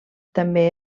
també